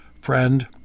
Friend